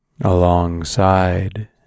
Alongside